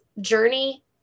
journey